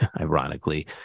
ironically